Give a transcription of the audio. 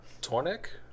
Tornik